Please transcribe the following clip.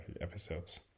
episodes